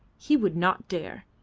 he would not dare.